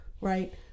right